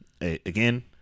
Again